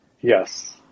Yes